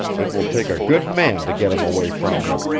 it will take a good man to get him away from me.